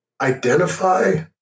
identify